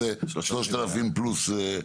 המספר הוא 3,000 פלוס.